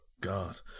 God